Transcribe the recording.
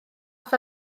beth